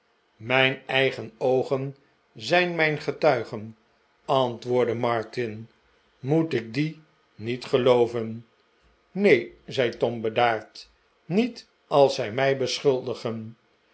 mijn eigen oogen zijn mijn getuigen tom wordt valschelijk beschuldigd antwoordde martin moet ik die niet gelooven neen zei tom bedaard niet als zij mij beschuldigen